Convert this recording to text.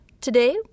Today